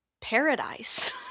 paradise